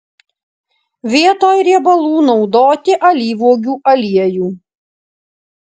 vietoj riebalų naudoti alyvuogių aliejų